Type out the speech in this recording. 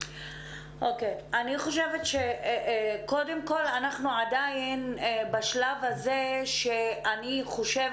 אני חושבת שקודם כל אנחנו עדיין בשלב הזה שצריך